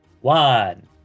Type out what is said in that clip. One